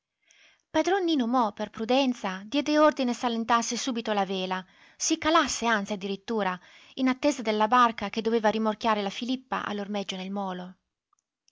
padron nino mo per prudenza diede ordine s'allentasse subito la vela si calasse anzi addirittura in attesa della barca che doveva rimorchiare la filippa all'ormeggio nel molo